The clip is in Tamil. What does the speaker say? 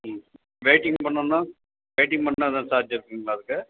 ம் வெயிட்டிங் பண்ணனும்னா வெயிட்டிங் பண்ணனும்னா ஏதாவது சார்ஜ் இருக்குங்களா அதுக்கு